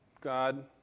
God